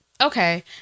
Okay